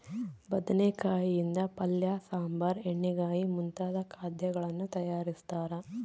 ಬದನೆಕಾಯಿ ಯಿಂದ ಪಲ್ಯ ಸಾಂಬಾರ್ ಎಣ್ಣೆಗಾಯಿ ಮುಂತಾದ ಖಾದ್ಯಗಳನ್ನು ತಯಾರಿಸ್ತಾರ